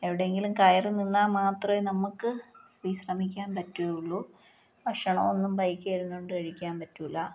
എവിടെയങ്കിലും കയറി നിന്നാൽ മാത്രമേ നമുക്ക് വിശ്രമിക്കാൻ പറ്റുള്ളൂ ഭക്ഷണം ഒന്നും ബൈക്കേൽ ഇരുന്നുകൊണ്ട് കഴിക്കാൻ പറ്റില്ല